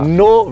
no